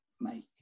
make